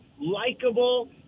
likable